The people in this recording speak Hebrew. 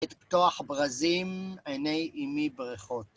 את פתוח ברזים עיני אמי ברכות.